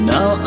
Now